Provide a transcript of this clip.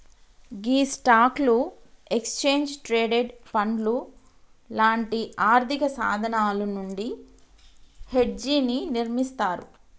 గీ స్టాక్లు, exchange traded పండ్లు లాంటి ఆర్థిక సాధనాలు నుండి హెడ్జ్ ని నిర్మిస్తారు